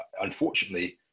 Unfortunately